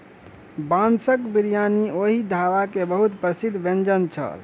बांसक बिरयानी ओहि ढाबा के बहुत प्रसिद्ध व्यंजन छल